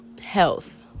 health